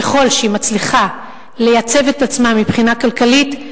ככל שהיא מצליחה לייצב את עצמה מבחינה כלכלית,